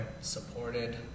supported